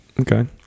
Okay